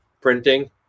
Printing